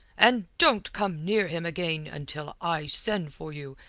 and don't come near him again until i send for you,